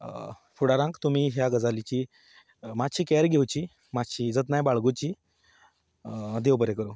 फुडाराक तुमी ह्या गजालीची मातशी केअर घेवची मातशी जतनाय बाळगुची देव बरें करूं